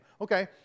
Okay